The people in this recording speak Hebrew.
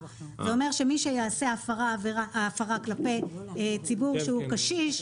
זה אומר שמי שיעשה הפרה כלפי ציבור שהוא קשיש,